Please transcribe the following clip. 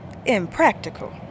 impractical